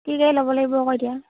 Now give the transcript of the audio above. কি গাড়ী ল'ব লাগিব আকৌ এতিয়া